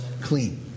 clean